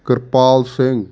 Kirpal Singh